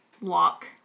lock